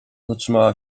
zatrzymała